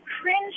cringe